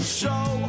show